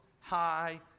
high